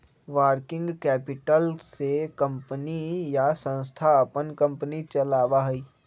working capital से company या संस्था अपन कंपनी चलावा हई